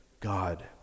God